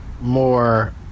more